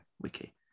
wiki